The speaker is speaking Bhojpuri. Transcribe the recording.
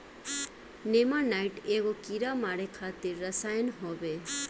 नेमानाइट एगो कीड़ा मारे खातिर रसायन होवे